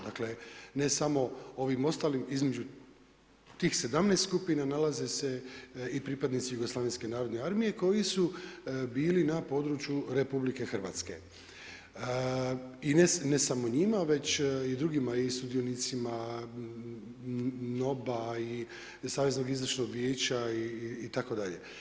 Dakle, ne samo ovim ostalim između tih 17 skupina nalaze se i pripadnici Jugoslavenske narodne armije koji su bili na području Republike Hrvatske i ne samo njima, već i drugima, i sudionicima NOB-a i Saveznog izvršnog vijeća itd.